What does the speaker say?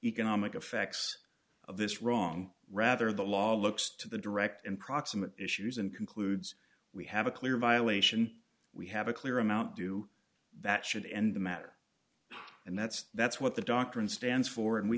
economic effects of this wrong rather the law looks to the direct and proximate issues and concludes we have a clear violation we have a clear amount due that should end the matter and that's that's what the doctrine stands for and we